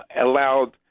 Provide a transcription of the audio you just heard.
allowed